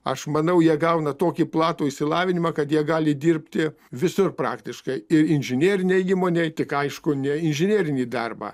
aš manau jie gauna tokį platų išsilavinimą kad jie gali dirbti visur praktiškai ir inžinerinėj įmonėj tik aišku ne inžinerinį darbą